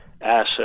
asset